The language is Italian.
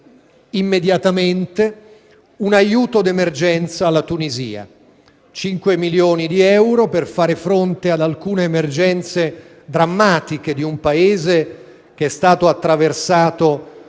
immediatamente un aiuto d'emergenza alla Tunisia: 5 milioni di euro per fare fronte ad alcune emergenze drammatiche di un Paese che è stato attraversato